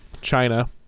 china